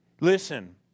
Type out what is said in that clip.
listen